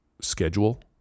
schedule